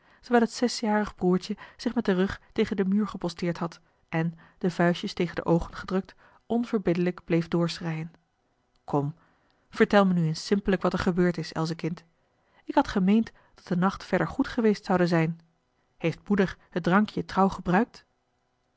terwijl het zesjarig broertje zich met den rug tegen den muur geposteerd had en de vuistjes tegen de oogen gedrukt onverbiddelijk bleef doorschreien kom vertel me nu eens simpelijk wat er gebeurd is elsekind ik had gemeend dat de nacht verder goed geweest zoude zijn heeft moeder het drankje trouw gebruikt